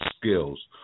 skills